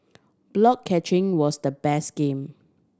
block catching was the best game